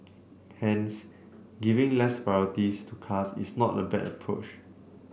hence giving less priorities to cars is not a bad push